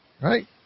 Right